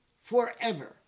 forever